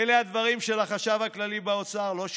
אלה הדברים של החשב הכללי באוצר, לא שלי.